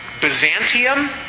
Byzantium